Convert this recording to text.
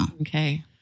Okay